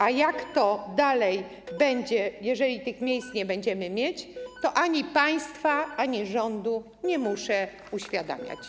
A jak dalej będzie, jeżeli tych miejsc nie będziemy mieć, to ani państwa, ani rządu nie muszę uświadamiać.